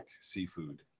seafood